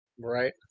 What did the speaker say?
Right